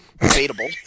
debatable